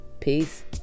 peace